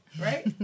right